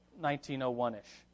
1901-ish